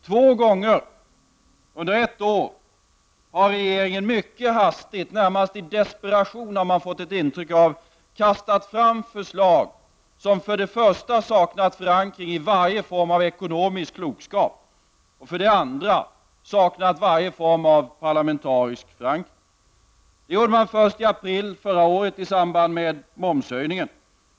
Två gånger under ett år har regeringen mycket hastigt — närmast i desperation, har man fått ett intryck av — kastat fram förslag som för det första saknat förankring i varje form av ekonomisk klokskap och för det andra saknat varje form av parlamentarisk förankring. Detta gjorde man först i april förra året, i samband med momshöjningen.